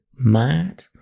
Mad